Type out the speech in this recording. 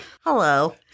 Hello